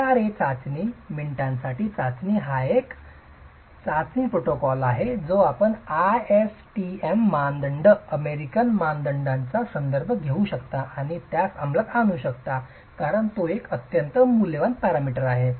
IRA चाचणी मिनिटांची चाचणी हा एक चाचणी प्रोटोकॉल आहे जो आपण ASTM मानदंड अमेरिकन मानकांचा संदर्भ घेऊ शकता आणि त्या अमलात आणू शकता कारण ते एक अत्यंत मूल्यवान पॅरामीटर आहे